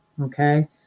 Okay